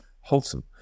wholesome